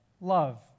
Love